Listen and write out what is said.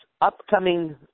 upcoming